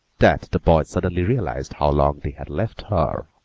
that the boys suddenly realised how long they had left her.